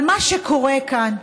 אבל מה שקורה כאן,